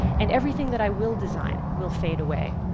and everything that i will design will fade away.